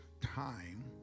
time